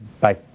Bye